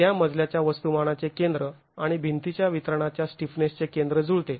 त्या मजल्याच्या वस्तुमानाचे केंद्र आणि भिंतीच्या वितरणाच्या स्टिफनेसचे केंद्र जुळते